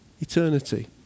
eternity